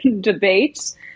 debates